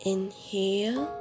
Inhale